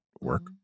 work